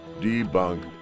debunk